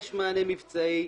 יש מענה מבצעי,